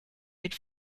mit